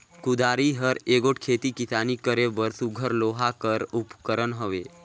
कुदारी हर एगोट खेती किसानी करे बर सुग्घर लोहा कर उपकरन हवे